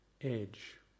edge